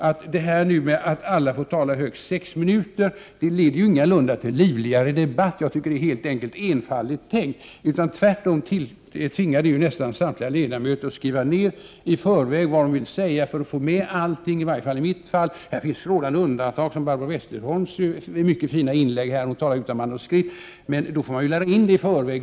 Att alla får tala högst 6 minuter leder ingalunda till livligare debatt — jag tycker det är helt enkelt enfaldigt tänkt — utan tvärtom tvingar det nästan samtliga ledamöter att förväg skriva ned vad de vill säga för att få med allt. I Prot. 1988/89:60 varje fall gäller det mig. Här finns strålande undantag, som Barbro 2 februari 1989 Westerholms mycket fina inlägg; hon talade utan manuskript, men då får man givetvis lära in det i förväg.